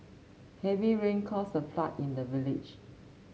heavy rain caused a flood in the village